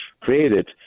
created